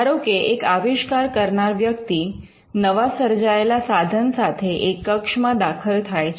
ધારો કે એક આવિષ્કાર કરનાર વ્યક્તિ નવા સર્જાયેલા સાધન સાથે એક કક્ષમાં દાખલ થાય છે